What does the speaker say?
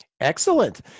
Excellent